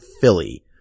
Philly